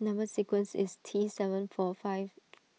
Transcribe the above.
Number Sequence is T seven four five